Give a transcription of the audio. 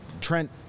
Trent